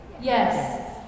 Yes